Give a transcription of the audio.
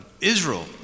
Israel